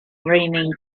raining